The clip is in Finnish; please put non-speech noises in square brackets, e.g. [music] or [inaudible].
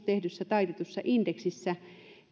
[unintelligible] tehdyssä taitetussa indeksissä